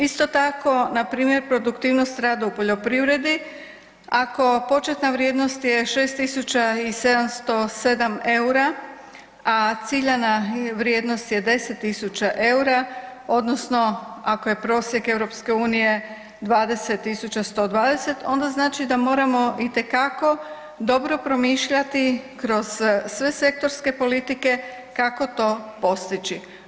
Isto tako npr. produktivnost rada u poljoprivredni, ako početna vrijednost je 6.707 EUR-a, a ciljana vrijednost je 10.000 EUR-a odnosno ako je prosjek EU 20.120 onda znači da moramo itekako dobro promišljati kroz sve sektorske politike kako to postići.